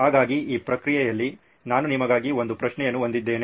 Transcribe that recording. ಹಾಗಾಗಿ ಈ ಪ್ರಕ್ರಿಯೆಯಲ್ಲಿ ನಾನು ನಿಮಗಾಗಿ ಒಂದು ಪ್ರಶ್ನೆಯನ್ನು ಹೊಂದಿದ್ದೇನೆ